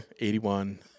81